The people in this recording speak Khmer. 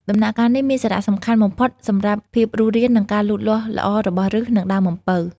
ដំណាក់កាលនេះមានសារៈសំខាន់បំផុតសម្រាប់ភាពរស់រាន និងការលូតលាស់ល្អរបស់ឫស និងដើមអំពៅ។